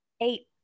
eight